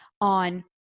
on